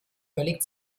völlig